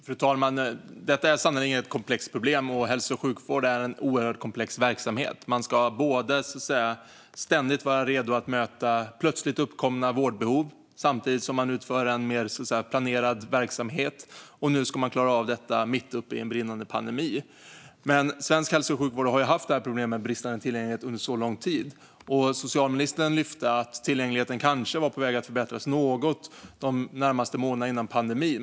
Fru talman! Det här är sannerligen ett komplext problem, och hälso och sjukvård är en oerhört komplex verksamhet. Man ska ständigt vara redo att möta plötsligt uppkomna vårdbehov samtidigt som man utför en mer planerad verksamhet. Nu ska man klara av detta mitt i en brinnande pandemi. Svensk hälso och sjukvård har dock haft problem med bristande tillgänglighet under väldigt lång tid. Socialministern tog upp att tillgängligheten kanske var på väg att förbättras något under månaderna närmast före pandemin.